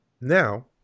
now